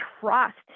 trust